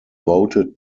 voted